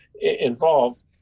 involved